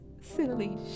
silly